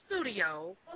studio